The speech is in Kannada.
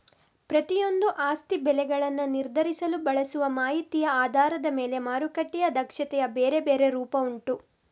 ಪ್ರತಿಯೊಂದೂ ಆಸ್ತಿ ಬೆಲೆಗಳನ್ನ ನಿರ್ಧರಿಸಲು ಬಳಸುವ ಮಾಹಿತಿಯ ಆಧಾರದ ಮೇಲೆ ಮಾರುಕಟ್ಟೆಯ ದಕ್ಷತೆಯ ಬೇರೆ ಬೇರೆ ರೂಪ ಉಂಟು